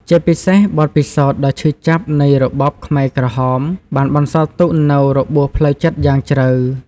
ជាពិសេស បទពិសោធន៍ដ៏ឈឺចាប់នៃរបបខ្មែរក្រហម បានបន្សល់ទុកនូវរបួសផ្លូវចិត្តយ៉ាងជ្រៅ។